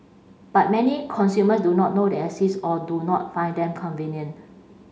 but many consumers do not know they exist or do not find them convenient